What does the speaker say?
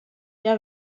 hja